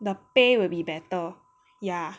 the pay will be better yeah